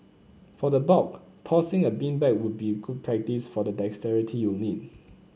for the bulk tossing a beanbag would be good practice for the dexterity you need